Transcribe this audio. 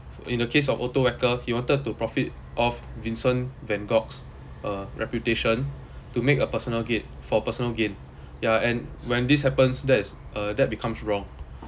in the case of otto wacker he wanted to profit off vincent van gogh's uh reputation to make a personal ga~ for personal gain yeah and when this happens that is uh that becomes wrong